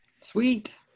sweet